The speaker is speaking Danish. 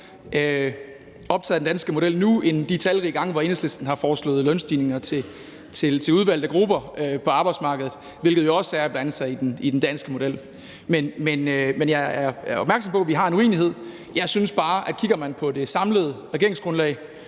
optaget af den danske model nu end de talrige gange, hvor Enhedslisten har foreslået lønstigninger til udvalgte grupper på arbejdsmarkedet, hvilket jo også er at blande sig i den danske model. Men jeg er opmærksom på, at vi har en uenighed. Jeg synes bare, at hvis man kigger på det samlede regeringsgrundlag,